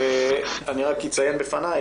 ואני רק אציין בפניך,